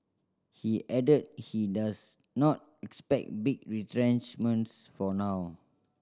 he added he does not expect big retrenchments for now